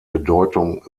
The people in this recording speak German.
bedeutung